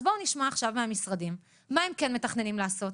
אז בואו נשמע עכשיו מהמשרדים מה הם כן מתכננים לעשות.